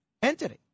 Entity